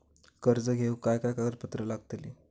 कर्ज घेऊक काय काय कागदपत्र लागतली?